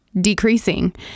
decreasing